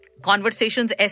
Conversations